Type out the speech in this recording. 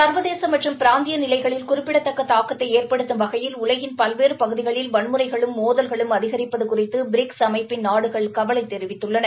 ச்வதேச மற்றும் பிராந்திய நிலைகளில் குறிப்பிடத்தக்க தாக்கத்தை ஏற்படுத்தும் வகையில் உலகின் பல்வேறு பகுதிகளில் வன்முறைகளும் மோதல்களும் அதிகரிப்பது குறித்து பிரிக்ஸ் அமைப்பிள் நாடுகள் கவலை தெரிவித்குள்ளன